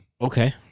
Okay